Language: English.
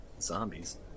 zombies